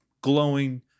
glowing